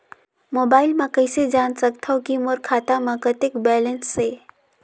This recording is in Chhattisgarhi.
मोबाइल म कइसे जान सकथव कि मोर खाता म कतेक बैलेंस से?